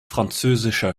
französischer